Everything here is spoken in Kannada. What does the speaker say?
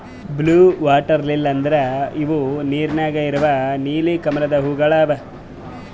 ಬ್ಲೂ ವಾಟರ್ ಲಿಲ್ಲಿ ಅಂದುರ್ ಇವು ನೀರ ನ್ಯಾಗ ಇರವು ನೀಲಿ ಕಮಲದ ಹೂವುಗೊಳ್ ಅವಾ